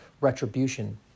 retribution